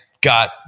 got